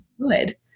good